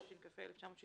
התשכ"ה 1965